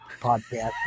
Podcast